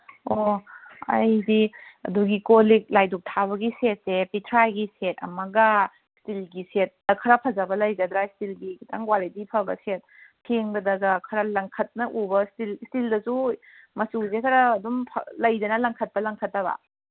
ꯑꯣ ꯑꯩꯗꯤ ꯑꯗꯨꯒꯤ ꯀꯣꯜ ꯂꯤꯛ ꯂꯥꯏ ꯙꯨꯛ ꯊꯥꯕꯒꯤ ꯁꯦꯠꯁꯦ ꯄꯤꯊ꯭ꯔꯥꯏꯒꯤ ꯁꯦꯠ ꯑꯃꯒ ꯏꯁꯇꯤꯜꯒꯤ ꯁꯦꯠꯇ ꯈꯔ ꯐꯖꯕ ꯂꯩꯒꯗ꯭ꯔꯥ ꯏꯁꯇꯤꯜꯒꯤ ꯈꯤꯇꯪ ꯀ꯭ꯋꯥꯂꯤꯇꯤ ꯐꯕ ꯁꯦꯠ ꯐꯦꯡꯕꯗꯒ ꯈꯔ ꯂꯪꯈꯠꯅ ꯎꯕ ꯏꯁꯇꯤꯜ ꯏꯁꯇꯤꯜꯗꯁꯨ ꯃꯆꯨꯁꯦ ꯈꯔ ꯑꯗꯨꯝ ꯂꯩꯗꯅ ꯂꯪꯈꯠꯄ ꯂꯪꯈꯠꯇꯕ